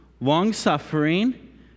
long-suffering